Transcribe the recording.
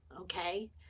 okay